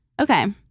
Okay